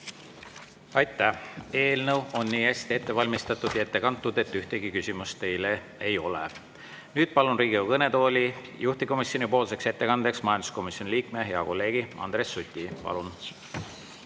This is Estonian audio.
Aitäh! Eelnõu on nii hästi ette valmistatud ja ette kantud, et ühtegi küsimust teile ei ole. Nüüd palun Riigikogu kõnetooli juhtivkomisjoni ettekandeks majanduskomisjoni liikme, hea kolleegi Andres Suti. Palun!